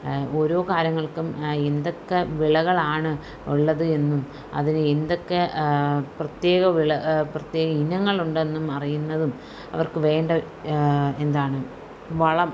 ഓരോ കാര്യങ്ങൾക്കും എന്തൊക്കെ വിളകളാണ് ഉള്ളത് എന്നും അതിന് എന്തൊക്കെ പ്രത്യേക വിള പ്രത്യേക ഇനങ്ങളുണ്ടെന്നും അറിയുന്നതും അവർക്ക് വേണ്ട എന്താണ് വളം